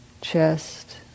chest